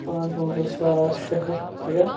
پانٛژوَنزَہ ساس شےٚ ہَتھ ترٛےٚ